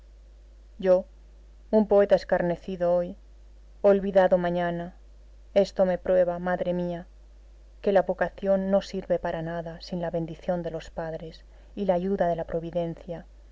yo un poeta escarnecido hoy olvidado mañana esto me prueba madre mía que la vocación no sirve para nada sin la bendición de los padres y la ayuda de la providencia